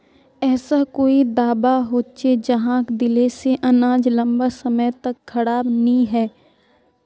ऐसा कोई दाबा होचे जहाक दिले से अनाज लंबा समय तक खराब नी है?